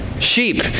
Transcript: sheep